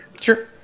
Sure